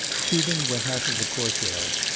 shubin went out of the courtyard.